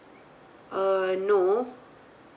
uh no